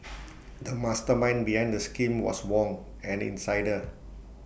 the mastermind behind the scheme was Wong an insider